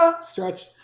stretch